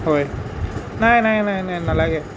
হয় নাই নাই নাই নাই নালাগে